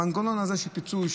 המנגנון הזה של פיצוי,